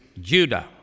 Judah